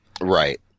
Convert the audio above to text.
Right